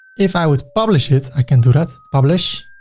if i would publish it. i can do that. publish.